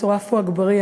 ד"ר עפו אגבאריה,